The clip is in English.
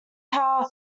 how